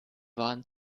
waren